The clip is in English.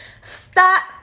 stop